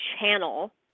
channel